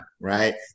right